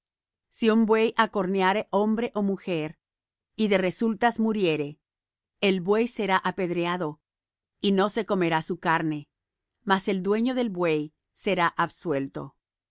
si un buey acorneare hombre ó mujer y de resultas muriere el buey será apedreado y no se comerá su carne mas el dueño del buey será absuelto